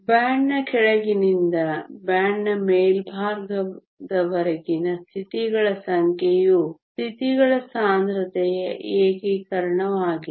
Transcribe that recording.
ಬ್ಯಾಂಡ್ನ ಕೆಳಗಿನಿಂದ ಬ್ಯಾಂಡ್ನ ಮೇಲ್ಭಾಗದವರೆಗಿನ ಸ್ಥಿತಿಗಳ ಸಂಖ್ಯೆಯು ಸ್ಥಿತಿಗಳ ಸಾಂದ್ರತೆಯ ಏಕೀಕರಣವಾಗಿದೆ